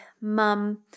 mum